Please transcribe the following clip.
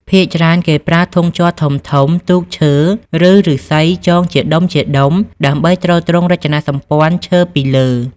ភាគច្រើនគេប្រើធុងជ័រធំៗ ទូកឈើ និងឫស្សីចងជាដុំៗ ដើម្បីទ្រទ្រង់រចនាសម្ព័ន្ធឈើពីលើ។